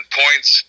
points